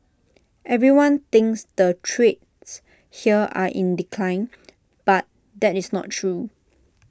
everyone thinks the trades here are in decline but that is not true